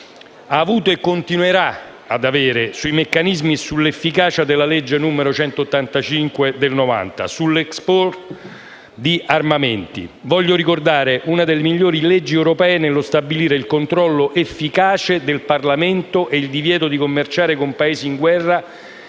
ha avuto e continuerà ad avere sui meccanismi e sull'efficacia della legge n. 185 del 1990, sull'*export* di armamenti. Voglio ricordare una delle migliori leggi europee nello stabilire il controllo efficace del Parlamento e il divieto di commerciare con Paesi in guerra